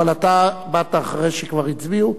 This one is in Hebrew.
אבל אתה באת אחרי שכבר הצביעו.